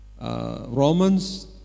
Romans